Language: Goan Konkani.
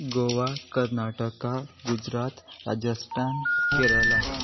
गोवा कर्नाटका गुजरात राजस्थान केरला